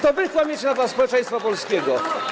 To wy kłamiecie ma temat społeczeństwa polskiego.